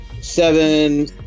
Seven